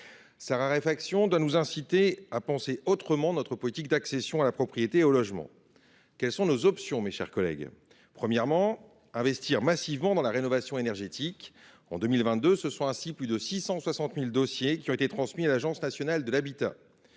Sa raréfaction doit nous inciter à penser autrement notre politique d’accession à la propriété et au logement. Quelles sont nos options ? Premièrement, investir massivement dans la rénovation énergétique : en 2022, ce sont ainsi plus de 660 000 dossiers qui ont été transmis à l’Agence nationale de l’habitat